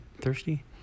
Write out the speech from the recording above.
thirsty